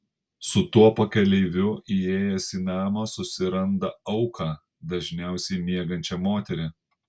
su tuo pakeleiviu įėjęs į namą susiranda auką dažniausiai miegančią moterį